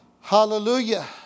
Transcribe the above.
Hallelujah